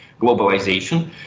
globalization